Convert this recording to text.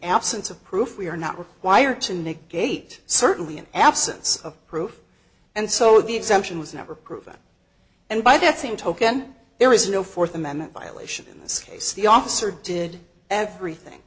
absence of proof we are not required to negate certainly an absence of proof and so the exemption was never proven and by that same token there is no fourth amendment violation in this case the officer did everything